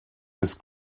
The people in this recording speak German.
des